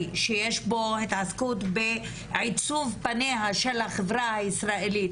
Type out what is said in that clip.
שיש בו התעסקות בעיצוב פניה של החברה הישראלית,